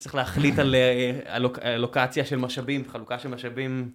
צריך להחליט על אלוקציה של משאבים, חלוקה של משאבים.